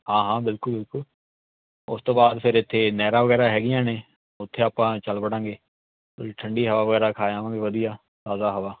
ਹਾਂ ਹਾਂ ਬਿਲਕੁਲ ਬਿਲਕੁਲ ਉਸ ਤੋਂ ਬਾਅਦ ਫਿਰ ਇੱਥੇ ਨਹਿਰਾਂ ਵਗੈਰਾ ਹੈਗੀਆਂ ਨੇ ਉੱਥੇ ਆਪਾਂ ਚਲ ਵੜਾਂਗੇ ਠੰਡੀ ਹਵਾ ਵਗੈਰਾ ਖਾ ਆਵਾਂਗੇ ਵਧੀਆ ਆਪਦਾ ਹਵਾ